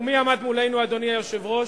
ומי עמד מולנו, אדוני היושב-ראש?